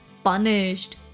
punished